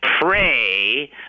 pray